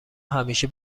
همیشه